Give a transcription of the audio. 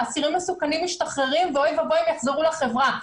מסוכנים משתחררים ואוי ואבוי אם הם יחזרו לחברה.